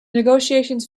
negotiations